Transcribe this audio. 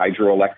hydroelectric